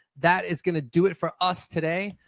that is going to do it for us today.